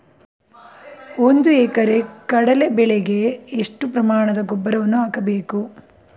ಒಂದು ಎಕರೆ ಕಡಲೆ ಬೆಳೆಗೆ ಎಷ್ಟು ಪ್ರಮಾಣದ ಗೊಬ್ಬರವನ್ನು ಹಾಕಬೇಕು?